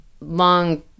long